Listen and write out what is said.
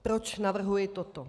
Proč navrhuji toto?